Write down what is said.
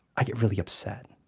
i get really upset.